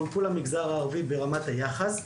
חולקו למגזר הערבי ברמת היחס.